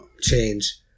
change